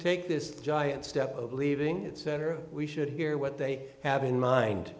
take this giant step of leaving it center we should hear what they have in mind